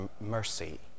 mercy